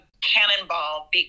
cannonball